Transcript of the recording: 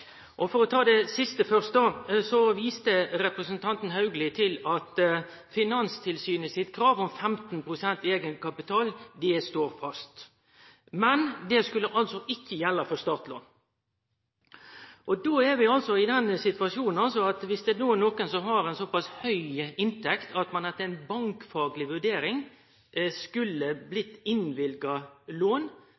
i. For å ta det siste først. Representanten Haugli viste til at Finanstilsynet sitt krav om 15 pst. eigenkapital står fast, men det skulle altså ikkje gjelde for startlån. Då er vi i den situasjonen at viss ein har ei såpass høg inntekt at ein etter ei bankfagleg vurdering skulle